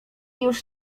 już